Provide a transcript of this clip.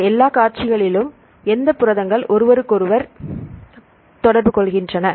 இந்த எல்லா காட்சிகளிலும் எந்த புரதங்கள் ஒருவருக்கொருவர் தொடர்பு கொள்கின்றன